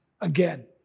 again